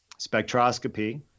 spectroscopy